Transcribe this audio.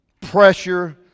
pressure